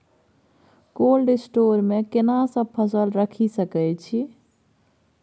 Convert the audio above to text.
Cold store मे केना सब फसल रखि सकय छी?